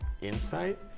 insight